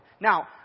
Now